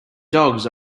dogs